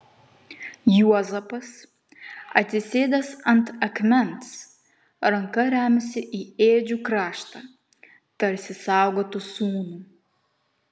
juozapas atsisėdęs ant akmens ranka remiasi į ėdžių kraštą tarsi saugotų sūnų